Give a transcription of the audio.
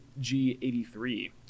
G83